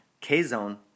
K-zone